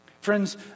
Friends